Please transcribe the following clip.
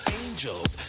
angels